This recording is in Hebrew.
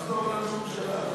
אל תחזור על הנאום שלה.